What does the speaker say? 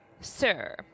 Sir